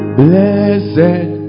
blessed